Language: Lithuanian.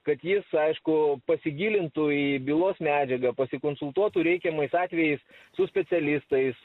kad jis aišku pasigilintų į bylos medžiagą pasikonsultuotų reikiamais atvejais su specialistais